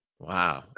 Wow